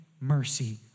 mercy